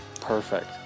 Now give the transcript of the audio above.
perfect